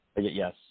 Yes